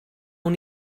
awn